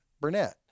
Burnett